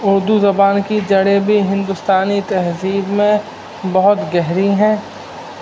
اردو زبان کی جڑبی ہندوستانی تہذیب میں بہت گہری ہیں